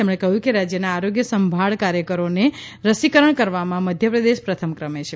તેમણે કહ્યું કે રાજ્યના આરોગ્ય સંભાળ કાર્યકરોને રસીકરણ કરવામાં મધ્યપ્રદેશ પ્રથમ કર્મે છે